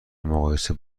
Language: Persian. مقایسه